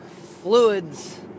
fluids